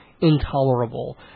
intolerable